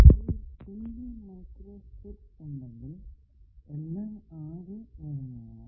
അപ്പോൾ നിങ്ങൾക്കു ഒരു സിംഗിൾ മൈക്രോ സ്ട്രിപ്പ് ഉണ്ടെങ്കിൽ എല്ലാ കാര്യവും ഇവിടെ വരുന്നതാണ്